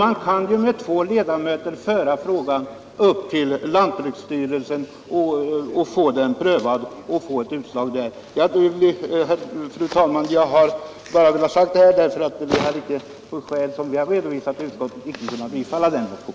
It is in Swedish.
Man kan ju med två ledamöters hjälp föra frågan upp till lantbruksstyrelsens prövning och få ett utslag på denna väg. Ja, fru talman, jag har bara velat säga detta, eftersom vi av skäl som vi redovisat i betänkandet inte kunnat biträda denna motion.